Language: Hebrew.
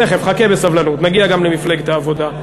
תכף, חכה בסבלנות, נגיע גם למפלגת העבודה.